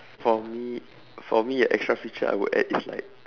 for me for me uh the extra feature I will add is like